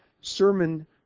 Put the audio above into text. sermon